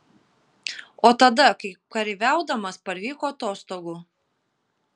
o tada kai kareiviaudamas parvyko atostogų